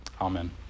Amen